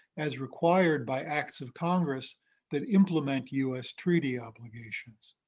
as required by acts of congress that implement us treaty obligations.